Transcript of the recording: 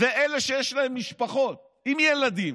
ואלה שיש להם משפחות עם ילדים,